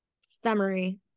summary